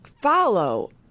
follow